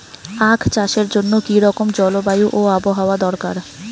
আখ চাষের জন্য কি রকম জলবায়ু ও আবহাওয়া দরকার?